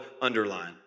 underline